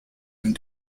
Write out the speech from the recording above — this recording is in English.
and